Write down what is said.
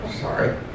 sorry